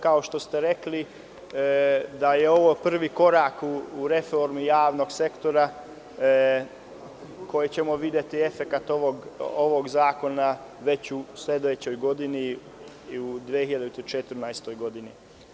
Kao što ste rekli, ovo je prvi korak u reformi javnog sektora, kojim ćemo videti efekat ovog zakona već u sledećoj godini, u 2014. godini.